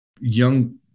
young